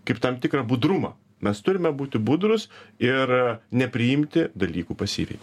kaip tam tikrą budrumą mes turime būti budrūs ir nepriimti dalykų pasyviai